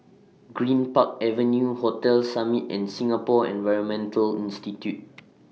Greenpark Avenue Hotel Summit and Singapore Environment Institute